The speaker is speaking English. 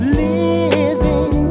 living